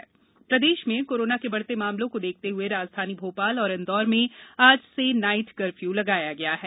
प्रदेश corona निर्देश प्रदेश में कोरोना के बढ़ते मामलों को देखते हुए राजधानी भोपाल और इंदौर में आज से नाइट कर्फ्यू लगाया गया है